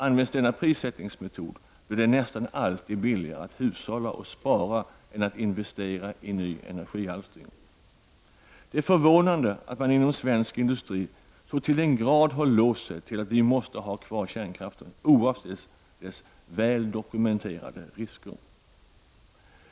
Används denna prissättningsmetod blir det nästan alltid billigare att hushålla och spara än att investera i ny energialstring. Det är förvånande att man inom svensk industri så till den grad har låst sig till att vi måste ha kvar kärnkraften oavsett alla dess väl dokumenterade risker.